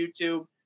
YouTube